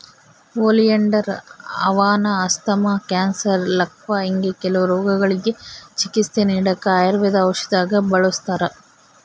oleander ಹೂವಾನ asthma, cancer, ಲಕ್ವಾ ಹಿಂಗೆ ಕೆಲವು ರೋಗಗುಳ್ಗೆ ಚಿಕಿತ್ಸೆ ನೀಡಾಕ ಆಯುರ್ವೇದ ಔಷದ್ದಾಗ ಬಳುಸ್ತಾರ